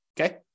okay